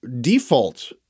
default